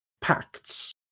pacts